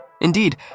Indeed